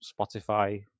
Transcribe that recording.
Spotify